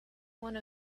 one